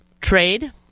trade